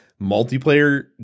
multiplayer